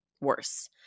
worse